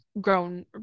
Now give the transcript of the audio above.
grown